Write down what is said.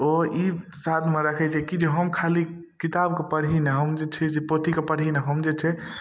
ओ ई साथमे रखै छै की जे हम खाली किताबके पढ़ि नहि हम जे छै से पोथीके पढ़ी नहि हम जे छै